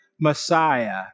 Messiah